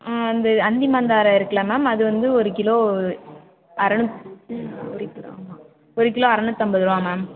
வந்து அந்திமந்தாரை இருக்குதுல்ல மேம் அது வந்து ஒரு கிலோ அறநூற்றி ஒரு கிலோ ஆமாம் ஒரு கிலோ அறநூற்றைம்பது ரூபா மேம்